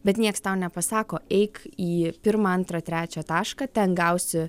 bet nieks tau nepasako eik į pirmą antrą trečią tašką ten gausi